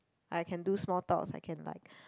I can do small talks I can like